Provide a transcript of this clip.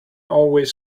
always